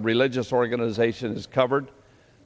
a religious organization is covered